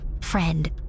friend